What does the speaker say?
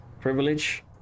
privilege